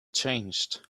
changed